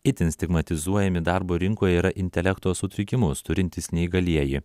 itin stigmatizuojami darbo rinkoje yra intelekto sutrikimus turintys neįgalieji